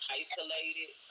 isolated